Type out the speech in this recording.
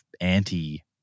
anti